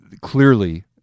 Clearly